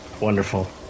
wonderful